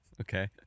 Okay